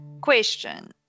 Question